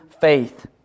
faith